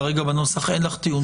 כרגע בנוסח אין טיעון,